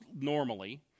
normally